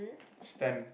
stamp